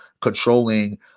controlling